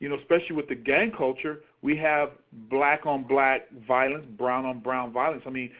you know especially with the gang culture, we have black on black violence, brown on brown violence. i mean,